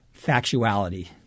factuality